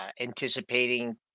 anticipating